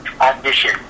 Audition